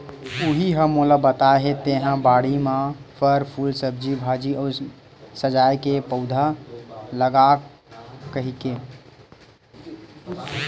उहीं ह मोला बताय हे तेंहा बाड़ी म फर, फूल, सब्जी भाजी अउ सजाय के पउधा लगा कहिके